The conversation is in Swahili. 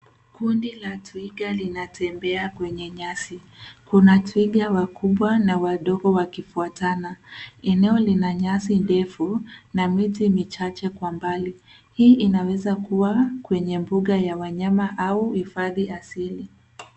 Kundi la twiga linatembea kwenye nyasi. Kuna twiga wakubwa na wadogo wakifuatana. Eneo lina nyasi ndefu na miti michache kwa mbali. Hii inaweza kua kwenye mbuga ya wanyama au hifadhi asili.